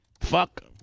Fuck